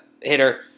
hitter